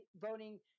voting